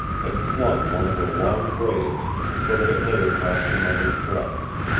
had flung one of her long braids so that it lay across her mother's breast.